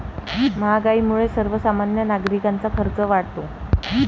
महागाईमुळे सर्वसामान्य नागरिकांचा खर्च वाढतो